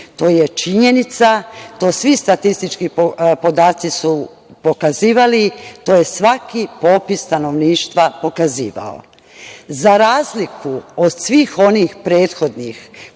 To je činjenica, to svi statistički podaci su pokazivali. To je svaki popis stanovništva pokazivao. Za razliku od svih onih prethodnih